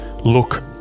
look